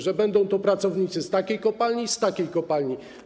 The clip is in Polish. Że będą to pracownicy z takiej kopalni czy z takiej kopalni.